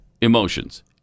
emotions